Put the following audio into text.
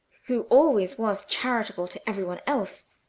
who always was charitable to everyone else,